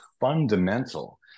fundamental